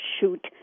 Shoot